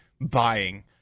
buying